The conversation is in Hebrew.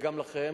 וגם לכם,